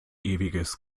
ewiges